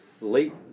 late